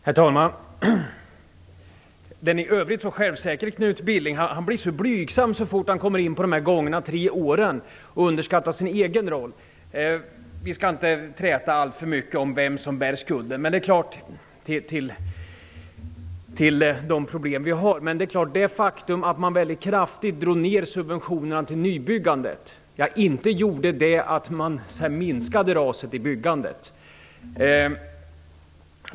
Herr talman! Den i övrigt så självsäkre Knut Billing blir så blygsam så fort han kommer in på de gångna tre åren och underskattar sin egen roll. Vi skall inte träta alltför mycket om vem som bär skulden till de problem som vi har. Men det faktum att man väldigt kraftigt drog ned subventionerna till nybyggandet gjorde inte att man minskade raset i byggandet.